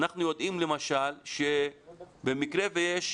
אנחנו יודעים למשל שבמקרה שיש